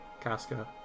Casca